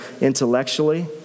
intellectually